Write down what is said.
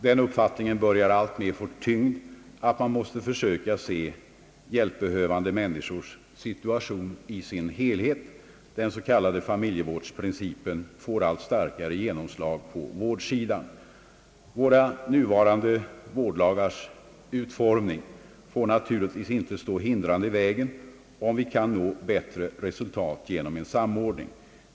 Den uppfattningen börjar alltmer få tyngd att man måste försöka se hjälpbehövande människors situation i sin helhet. Den s.k. familjevårdsprincipen får allt starkare genomslag på vårdsidan. Våra nuvarande vårdlagars utformning får naturligtvis inte stå hindrande i vägen, om vi kan nå bättre resultat genom en samordning.